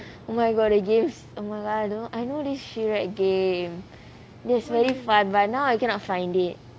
oh my god the games oh my god I know I know this shoe rack game it's really fun but now I cannot find it